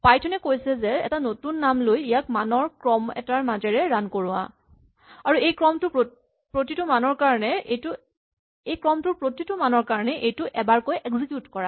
Python এ কৈছে যে এটা নতুন নাম লৈ ইয়াক মানৰ ক্ৰম এটাৰ মাজেৰে ৰান কৰোৱা আৰু এই ক্ৰমটোৰ প্ৰতিটো মানৰ কাৰণে এইটো এবাৰকৈ এক্সিকিউট কৰা